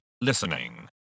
listening